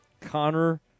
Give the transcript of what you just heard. Connor